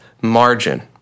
margin